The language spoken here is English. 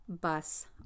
bus